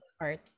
art